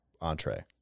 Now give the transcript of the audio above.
entree